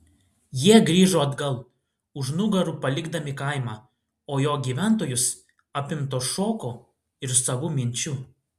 jie grįžo atgal už nugarų palikdami kaimą o jo gyventojus apimtus šoko ir savų minčių